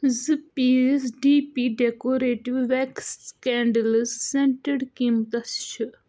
زٕ piece D P decorative wax candles scented قیمتِس چھ